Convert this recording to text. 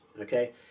Okay